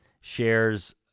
shares